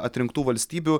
atrinktų valstybių